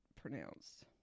pronounced